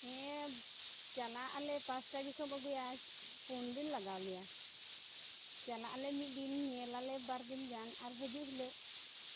ᱦᱮᱸ ᱪᱟᱞᱟᱜ ᱟᱞᱮ ᱯᱟᱸᱪᱴᱟ ᱡᱚᱠᱷᱚᱱ ᱮᱢ ᱟᱹᱜᱩᱭᱟ ᱯᱩᱱ ᱫᱤᱱ ᱞᱟᱜᱟᱣ ᱞᱮᱭᱟ ᱪᱟᱞᱟᱜ ᱟᱞᱮ ᱢᱤᱫ ᱫᱤᱱ ᱧᱮᱞ ᱟᱞᱮ ᱵᱟᱨ ᱫᱤᱱ ᱜᱟᱱ ᱟᱨ ᱦᱤᱡᱩᱜ ᱦᱤᱞᱳᱜ